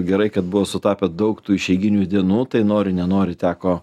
gerai kad buvo sutapę daug tų išeiginių dienų tai nori nenori teko